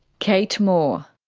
kate moore.